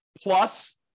plus